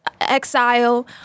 exile